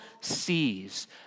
sees